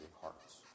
hearts